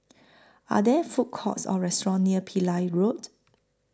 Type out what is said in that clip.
Are There Food Courts Or restaurants near Pillai Road